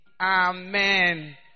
Amen